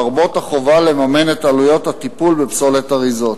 לרבות החובה לממן את עלויות הטיפול בפסולת האריזות.